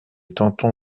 tanton